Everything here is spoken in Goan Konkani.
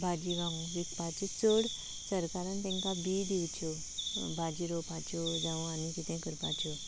भाजी लावंग विकपाचे चड सरकारान तेंकां बीं दिवच्यो भाजी रोवपाच्यो जावं आनी कितें करपाच्यो